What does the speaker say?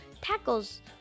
tackles